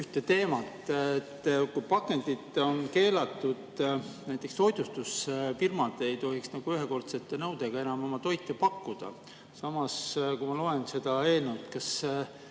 ühte teemat? Pakendid on keelatud ja näiteks toitlustusfirmad ei tohi ühekordsete nõudega enam oma toitu pakkuda. Samas kui ma loen seda eelnõu, siis